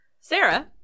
sarah